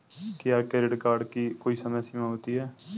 क्या credit card की कोई समय सीमा होती है?